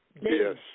Yes